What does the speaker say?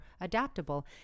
adaptable